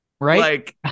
Right